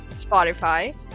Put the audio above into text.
Spotify